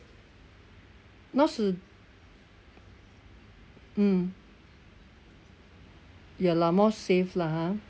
now's mm ya lah more safe lah ha